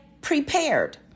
prepared